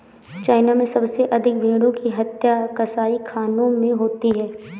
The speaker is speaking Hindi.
चाइना में सबसे अधिक भेंड़ों की हत्या कसाईखानों में होती है